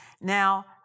Now